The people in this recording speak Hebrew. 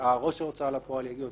ראש ההוצאה לפועל יגיד לו: